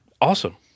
Awesome